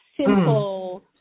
simple